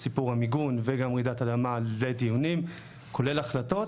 סיפור המיגון וגם רעידת האדמה לידי דיונים כולל החלטות,